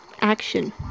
action